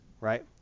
right